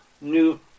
new